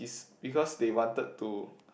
because they wanted to